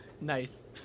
nice